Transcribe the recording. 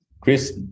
Chris